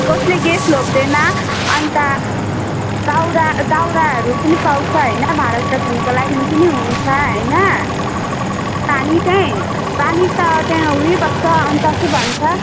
कसले ग्यास लग्देन अनि त दाउरा दाउराहरू पनि पाउँछ हैन भाँडाकुँडा धुनुको लागिन् पनि हुन्छ हैन पानी त्यहीँ पानी त त्यहाँ हुइबस्छ अनि त के भन्छ